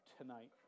tonight